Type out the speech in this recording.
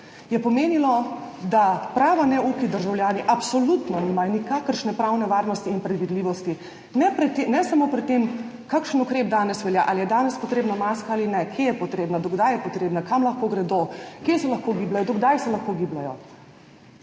je pomenilo, da prava neuki državljani absolutno nimajo nikakršne pravne varnosti in predvidljivosti ne samo pri tem, kakšen ukrep velja danes, ali je danes potrebna maska ali ne, kje je potrebna, do kdaj je potrebna, kam lahko gredo, kje se lahko gibljejo, do kdaj se lahko gibljejo,